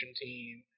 team